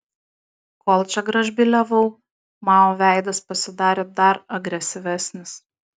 kol čia gražbyliavau mao veidas pasidarė dar agresyvesnis